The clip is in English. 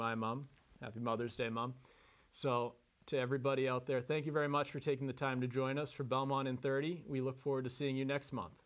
my mom happy mother's day mom so to everybody out there thank you very much for taking the time to join us from beaumont and thirty we look forward to seeing you next month